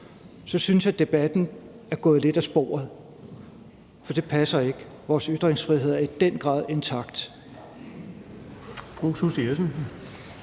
så synes jeg, debatten er gået lidt af sporet, for det passer ikke. Vores ytringsfrihed er i den grad intakt.